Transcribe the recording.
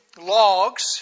logs